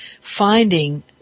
finding